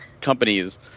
companies